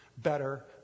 Better